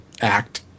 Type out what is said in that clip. act